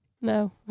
no